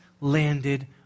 landed